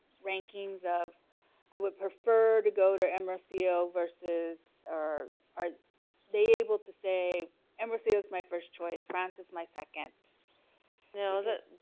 rankings of i would prefer to go to m our ceo versus or are they able to say and we're seos my first choice francis my second you know